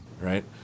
Right